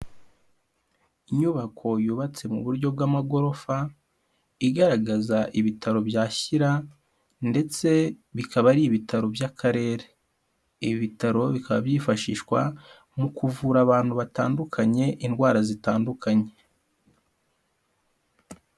Inyubako yubatse mu buryo bw'amagorofa igaragaza ibitaro bya Shyira ndetse bikaba ari ibitaro by'akarere, ibi bitaro bikaba byifashishwa mu kuvura abantu batandukanye indwara zitandukanye.